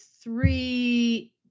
three